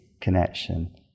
connection